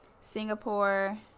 Singapore